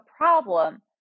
problem